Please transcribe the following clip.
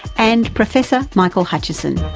and professor michael hutchison,